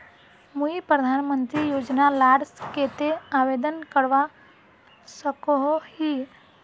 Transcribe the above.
मुई प्रधानमंत्री योजना लार केते आवेदन करवा सकोहो ही?